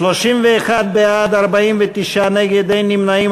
31 בעד, 49 נגד, אין נמנעים.